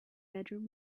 bedroom